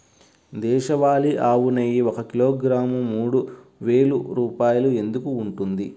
దేశవాళీ ఆవు నెయ్యి ఒక కిలోగ్రాము మూడు వేలు రూపాయలు ఎందుకు ఉంటుంది?